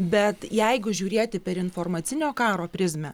bet jeigu žiūrėti per informacinio karo prizmę